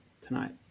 tonight